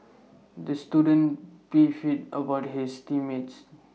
the student beefed about his team mates